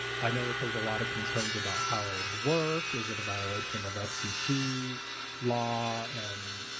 i know that there's a lot of concerns about how it would work. is it a violation of ah fcc law and